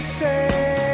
say